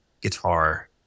guitar